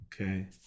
okay